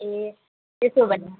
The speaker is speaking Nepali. ए त्यसो भने